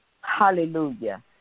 Hallelujah